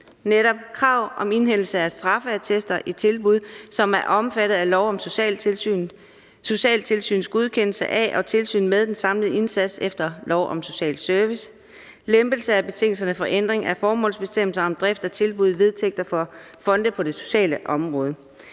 nemlig krav om indhentelse af straffeattester i tilbud, som er omfattet af lov om socialtilsynet, socialtilsynets godkendelse af og tilsyn med den samlede indsats efter lov om social service, lempelse af betingelserne for ændring af formålsbestemmelser om drift af tilbud og vedtægter for fonde på det sociale område.